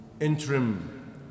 interim